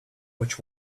which